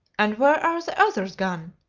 and where are the others gone?